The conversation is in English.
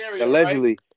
Allegedly